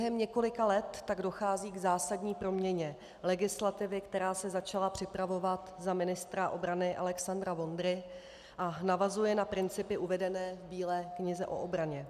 Během několika let tak dochází k zásadní proměně legislativy, která se začala připravovat za ministra obrany Alexandra Vondry a navazuje na principy uvedené v Bílé knize o obraně.